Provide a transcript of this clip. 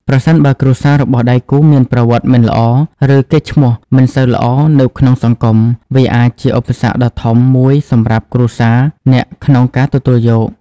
ប្រសិនបើគ្រួសាររបស់ដៃគូមានប្រវត្តិមិនល្អ ឬកេរ្តិ៍ឈ្មោះមិនសូវល្អនៅក្នុងសហគមន៍ វាអាចជាឧបសគ្គដ៏ធំមួយសម្រាប់គ្រួសារអ្នកក្នុងការទទួលយក។